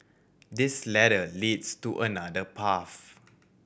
this ladder leads to another path